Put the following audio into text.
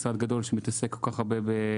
משרד גדול שמתעסק כל כך הרבה עם